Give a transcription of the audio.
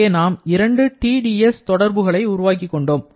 அங்கே நாம் இரண்டு TdSK தொடர்புகளை உருவாக்கிக் கொண்டோம்